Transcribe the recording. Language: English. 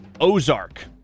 Ozark